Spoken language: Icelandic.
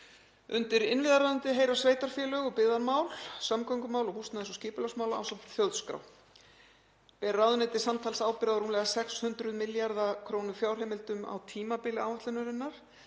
Undir innviðaráðuneyti heyra sveitarfélög og byggðamál, samgöngumál og húsnæðis- og skipulagsmál ásamt þjóðskrá. Ber ráðuneytið samtals ábyrgð á rúmlega 600 milljarða kr. fjárheimildum á tímabili áætlunarinnar.